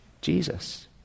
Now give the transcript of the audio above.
Jesus